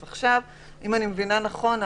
אז אם אני מבינה נכון,